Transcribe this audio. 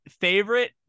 favorite